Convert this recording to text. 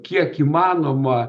kiek įmanoma